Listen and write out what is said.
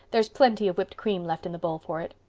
there's plenty of whipped cream left in the bowl for it.